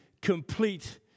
complete